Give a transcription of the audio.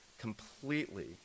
completely